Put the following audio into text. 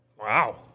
Wow